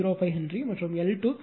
05 Henry மற்றும் L 2 0